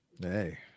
Hey